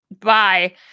bye